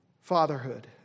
fatherhood